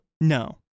No